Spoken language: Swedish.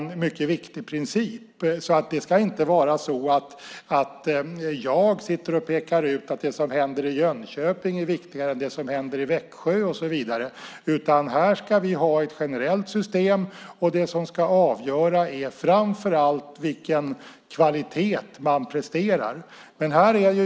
Jag ska inte peka ut det som händer i Jönköping som viktigare än det som händer i Växjö och så vidare. Här ska vi ha ett generellt system. Det som ska avgöra är framför allt vilken kvalitet man presterar.